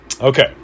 Okay